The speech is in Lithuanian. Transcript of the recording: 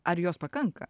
ar jos pakanka